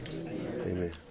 Amen